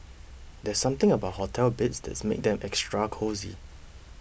there's something about hotel beds that makes them extra cosy